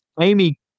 Amy